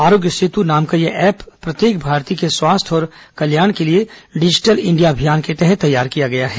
आरोग्य सेतु नाम का यह ऐप प्रत्येक भारतीय के स्वास्थ्य और कल्याण के लिए डिजिटल इंडिया अभियान के तहत तैयार किया गया है